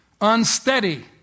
unsteady